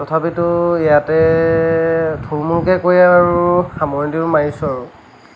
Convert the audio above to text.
তথাপিতো ইয়াতে থুলমূলকৈ কৈ আৰু সামৰণিতো মাৰিছোঁ আৰু